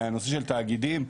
והנושא של תאגידים.